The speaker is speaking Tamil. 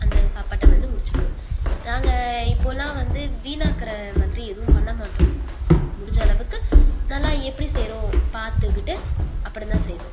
அந்த சாப்பாட்டை வந்து முடித்துடுவோம் நாங்கள் இப்போல்லாம் வந்து வீணாக்குகிற மாதிரி எதுவும் பண்ணமாட்டோம் முடிஞ்ச அளவுக்கு நல்லா எப்படி செய்கிறோம் பார்த்துக்குட்டு அப்பறந்தான் செய்வோம்